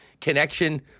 connection